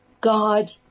God